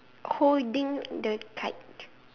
holding the kite